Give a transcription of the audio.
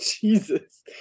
Jesus